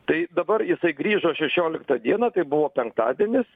tai dabar jisai grįžo šešioliktą dieną tai buvo penktadienis